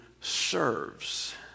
serves